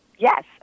Yes